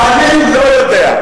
תאמין לי, לא יודע.